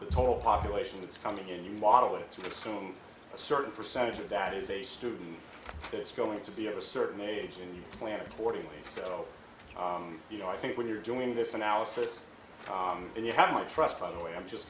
the total population that's coming in you model it to assume a certain percentage of that is a student that's going to be of a certain age and you plan accordingly so you know i think when you're doing this analysis and you have my trust by the way i'm just